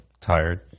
Tired